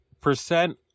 Percent